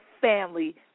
family